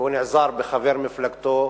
והוא נעזר בחבר מפלגתו,